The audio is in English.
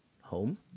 home